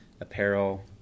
apparel